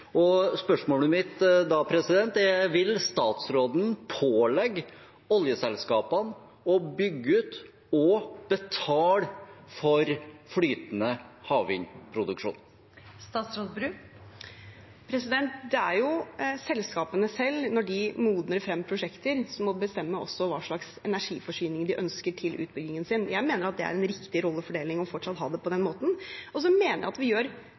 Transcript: er: Vil statsråden pålegge oljeselskapene å bygge ut og betale for flytende havvindproduksjon? Det er jo selskapene selv, når de modner frem prosjekter, som også må bestemme hva slags energiforsyning de ønsker til utbyggingen sin. Jeg mener at det er en riktig rollefordeling å fortsatt ha det på den måten. Så mener jeg at vi gjør